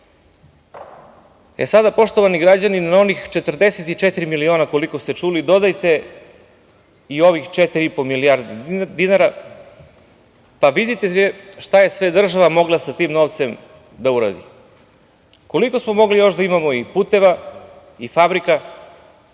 poštovani građani, na onih 44 miliona, koliko ste čuli, dodajte i ovih 4,5 milijardi dinara, pa vidite šta je sve država mogla sa tim novcem da uradi. Koliko smo mogli još da imamo i puteva i fabrika,